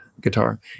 guitar